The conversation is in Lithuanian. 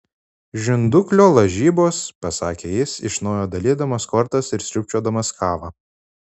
žinduklio lažybos pasakė jis iš naujo dalydamas kortas ir sriubčiodamas kavą